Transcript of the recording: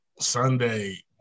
Sunday